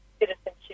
citizenship